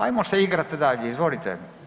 Ajmo se igrat dalje, izvolite.